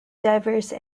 diverse